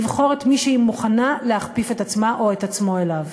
לבחור את מי שהיא מוכנה להכפיף את עצמה או את עצמו אליו.